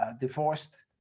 divorced